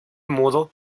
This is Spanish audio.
modo